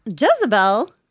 Jezebel